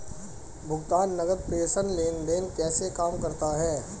भुगतान नकद प्रेषण लेनदेन कैसे काम करता है?